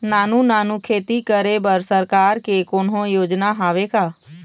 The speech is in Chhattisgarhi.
नानू नानू खेती करे बर सरकार के कोन्हो योजना हावे का?